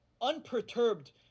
unperturbed